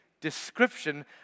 description